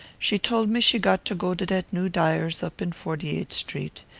she told me she got to go to dat new dyer's up in forty-eighth street.